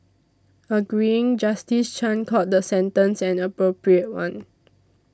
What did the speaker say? agreeing Justice Chan called the sentence an appropriate one